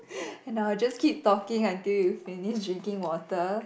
and I will just keep talking until you finish drinking water